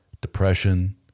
depression